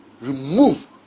remove